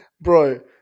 bro